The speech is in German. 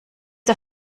der